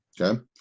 okay